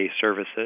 services